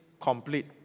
complete